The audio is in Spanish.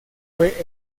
fue